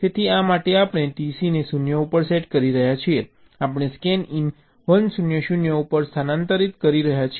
તેથી આ માટે આપણે TC ને 0 ઉપર સેટ કરી રહ્યા છીએ આપણે સ્કેનઈન 1 0 0 ઉપર સ્થાનાંતરિત કરી રહ્યા છીએ